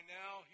now